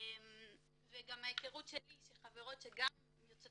גם מההיכרות שלי עם חברות שלי יוצאות